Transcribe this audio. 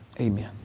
Amen